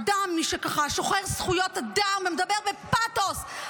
אדם ששוחר זכויות אדם ומדבר בפתוס,